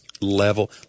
level